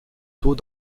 taux